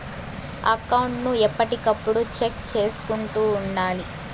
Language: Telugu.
అకౌంట్ ను ఎప్పటికప్పుడు చెక్ చేసుకుంటూ ఉండాలి